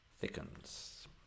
thickens